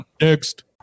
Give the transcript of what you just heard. Next